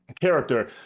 character